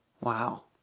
Wow